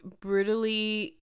brutally